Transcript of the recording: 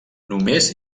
només